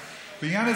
בעניין,